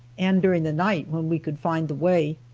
and during the night when we could find the way.